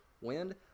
wind